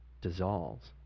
dissolves